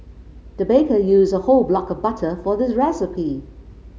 the baker used a whole block of butter for this recipe